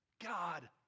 god